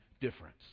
difference